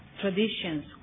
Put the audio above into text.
traditions